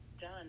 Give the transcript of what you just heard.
done